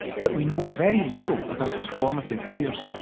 but we know very little about his formative years.